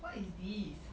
what is this